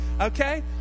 okay